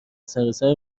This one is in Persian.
سراسر